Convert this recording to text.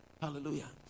Hallelujah